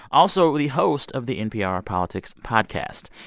also the host of the npr politics podcast.